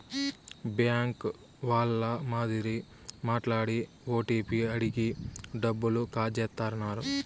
bank వాళ్ళ మాదిరి మాట్లాడి ఓటీపీ అడిగి డబ్బులు కాజేత్తన్నారు